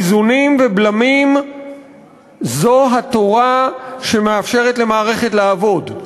איזונים ובלמים הם התורה שמאפשרת למערכת לעבוד.